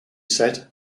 said